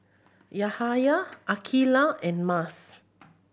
Yahaya Aqilah and Mas